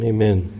Amen